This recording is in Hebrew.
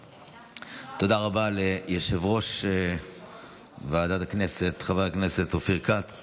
תודה רבה ליושב-ראש ועדת הכנסת חבר הכנסת אופיר כץ